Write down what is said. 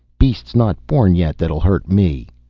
beast's not born yet, that'll hurt me.